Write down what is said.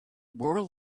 were